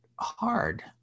hard